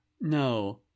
no